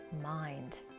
mind